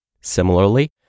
Similarly